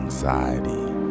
anxiety